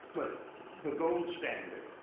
but the gold standard,